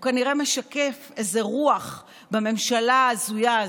הוא כנראה משקף איזו רוח בממשלה ההזויה הזאת,